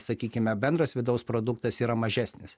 sakykime bendras vidaus produktas yra mažesnis